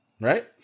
Right